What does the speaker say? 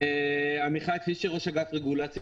ראש אגף רגולציה